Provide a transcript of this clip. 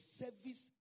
service